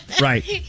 Right